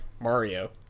Mario